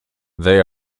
they